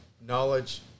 knowledge